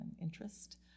interest